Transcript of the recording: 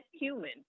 human